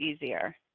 easier